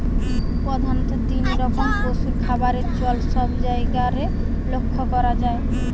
প্রধাণত তিন রকম পশুর খাবারের চল সব জায়গারে লক্ষ করা যায়